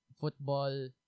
football